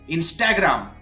Instagram